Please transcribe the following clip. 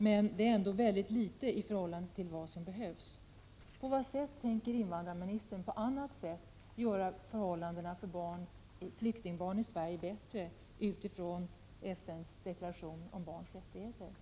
Men det är ändå mycket litet i förhållande till vad som behövs. På vilket sätt tänker invandrarministern göra förhållandena för flyktingbarn i Sverige bättre med tanke på FN:s deklaration om Barns Rättigheter?